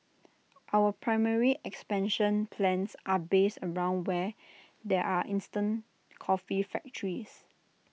our primary expansion plans are based around where there are instant coffee factories